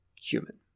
human